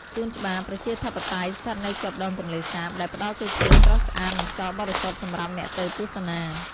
សួនច្បារប្រជាធិបតេយ្យ ស្ថិតនៅជាប់ដងទន្លេសាប ដែលផ្តល់ទេសភាពស្រស់ស្អាត និងខ្យល់បរិសុទ្ធសម្រាប់អ្នកទៅទស្សនា។